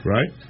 Right